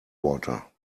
water